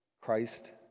Christ